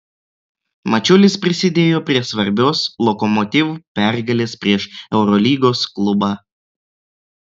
mačiulis prisidėjo prie svarbios lokomotiv pergalės prieš eurolygos klubą